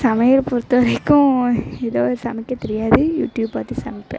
சமையல் பொறுத்தவரைக்கும் எதுவும் சமைக்க தெரியாது யூடியூப் பார்த்து சமைப்பேன்